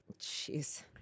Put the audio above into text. Jeez